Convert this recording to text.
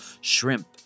shrimp